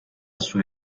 sua